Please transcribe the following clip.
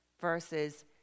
Versus